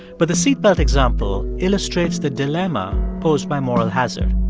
but the seat belt example illustrates the dilemma posed by moral hazard.